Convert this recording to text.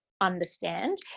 understand